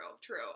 true